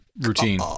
routine